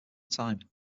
time